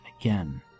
Again